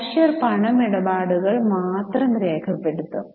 cashier പണമിടപാടുകൾ മാത്രം രേഖപ്പെടുത്തും